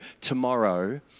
tomorrow